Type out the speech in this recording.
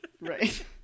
right